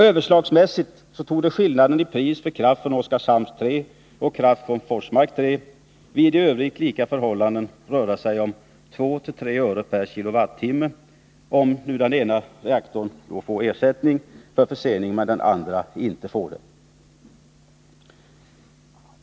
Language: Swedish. Överslagsmässigt borde skillnaden i pris för kraft från Oskarshamn 3 och kraft från Forsmark 3 vid i övrigt lika förhållanden röra sig om 2-3 öre per kWh, om den ena reaktorn får ersättning för försening men den andra inte får det.